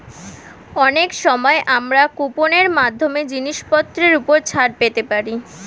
অনেক সময় আমরা কুপন এর মাধ্যমে জিনিসপত্রের উপর ছাড় পেতে পারি